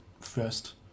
first